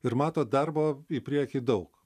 ir mato darbo į priekį daug